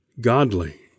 godly